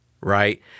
right